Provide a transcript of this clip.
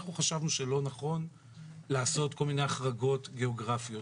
אנחנו חשבנו שלא נכון לעשות כל מיני החרגות גיאוגרפיות.